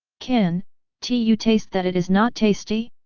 can t you taste that it is not tasty?